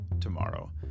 tomorrow